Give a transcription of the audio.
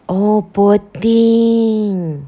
oh poor thing